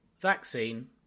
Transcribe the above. Vaccine